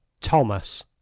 Thomas